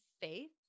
faith